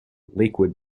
lakewood